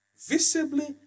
Visibly